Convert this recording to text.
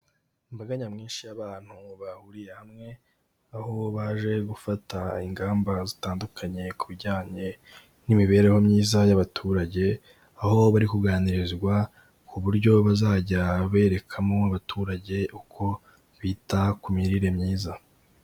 Imbaga nyamwinshi y'abantu bahuriye hamwe, aho baje gufata ingamba zitandukanye ku bijyanye n'imibereho myiza y'abaturage, aho bari kuganirizwa ku buryo bazajya berekamo abaturage uko bita ku mirire myiza.